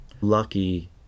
lucky